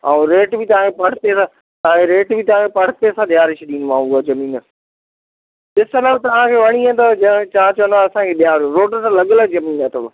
ऐं रेट बि तव्हांजे पर्चीअ तव्हां खे रेट बि तव्हां खे पर्चीअ सां ॾियारे छॾींदोमांव उहा ज़मीन ॾिसो तव्हां खे वणी वेंदव छा चईंदा असांखे ॾियार रोड सां लॻियल ज़मीन अथव